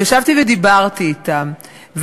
ישבתי ודיברתי אתם,